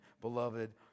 beloved